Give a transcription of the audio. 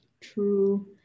True